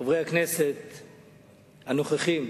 חברי הכנסת הנוכחים,